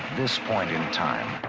this point in time,